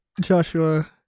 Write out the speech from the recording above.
Joshua